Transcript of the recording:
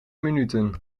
minuten